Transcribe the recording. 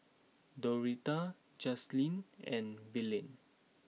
Doretta Justyn and Belen